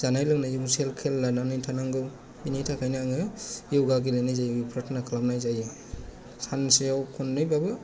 जानाय लोंनायबो एसे खेल लानानै थानांगौ बिनि थाखायनो आंङो यगा गेलेनाय जायो प्राथना खालामनाय जायो सानसेआव खननै बाबो